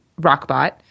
Rockbot